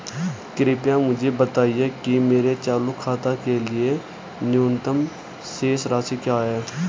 कृपया मुझे बताएं कि मेरे चालू खाते के लिए न्यूनतम शेष राशि क्या है